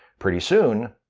pretty soon,